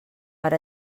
per